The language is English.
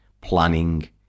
planning